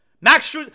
Max